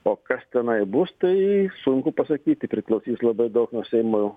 o kas tenai bus tai sunku pasakyti priklausys labai daug nuo seimo